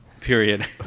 period